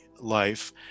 life